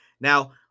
Now